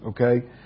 okay